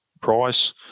price